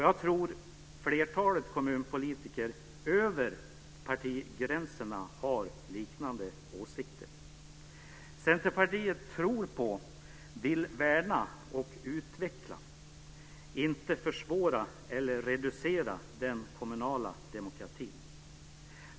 Jag tror att flertalet kommunpolitiker över partigränserna har liknande åsikter. Centerpartiet tror på och vill värna och utveckla - inte försvåra eller reducera - den kommunala demokratin.